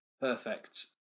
perfect